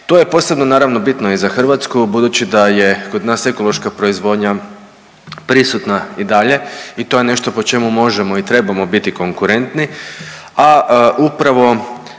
To je posebno naravno bitno i za Hrvatsku budući da je kod nas ekološka proizvodnja prisutna i dalje i to je nešto po čemu možemo i trebamo biti konkurentni, a upravo